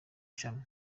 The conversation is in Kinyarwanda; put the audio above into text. shami